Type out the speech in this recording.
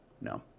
No